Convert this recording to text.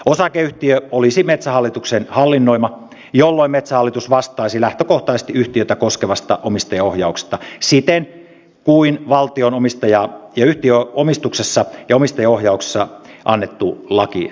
osakeyhtiö olisi metsähallituksen hallinnoima jolloin metsähallitus vastaisi lähtökohtaisesti yhtiötä koskevasta omistajaohjauksesta siten kuin valtion yhtiöomistuksesta ja omistajaohjauksesta annettu laki säätää